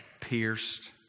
pierced